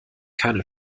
keine